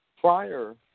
prior